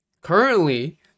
currently